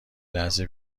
لحظه